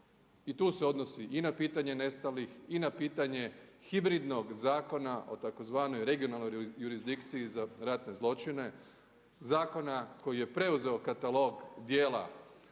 i tu se odnosi i na pitanje nestalih i na pitanje hibridnog zakona o tzv. regionalnoj jurisdikciji za ratne zločine, zakona koji je preuzeo katalog djela